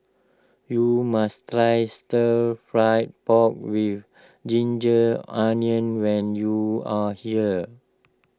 you must try Stir Fried Pork with Ginger Onions when you are here